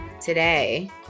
Today